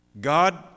God